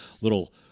little